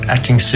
Acting